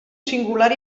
singular